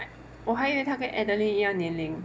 我还以为他跟 adeline 一样年龄